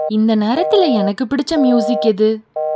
இந்த நேரத்தில் எனக்கு பிடித்த மியூசிக் எது